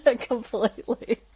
Completely